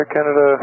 Canada